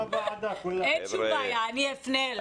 אין שום בעיה, אני אפנה אליו.